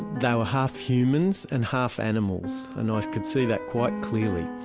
they were half humans and half animals, and i could see that quite clearly.